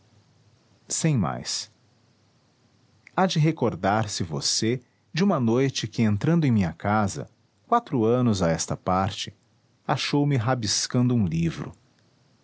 sem mais há de recordar-se você de uma noite que entrando em minha casa quatro anos a esta parte achou me rabiscando um livro